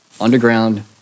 Underground